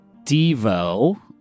Devo